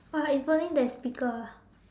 oh if only there is speaker ah